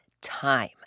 time